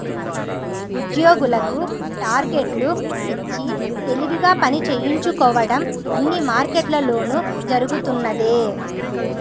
ఉద్యోగులకు టార్గెట్లు ఇచ్చి తెలివిగా పని చేయించుకోవడం అన్ని మార్కెట్లలోనూ జరుగుతున్నదే